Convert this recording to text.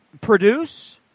produce